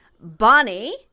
Bonnie